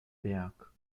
berg